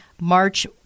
March